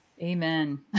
Amen